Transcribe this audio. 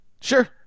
Sure